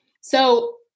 So-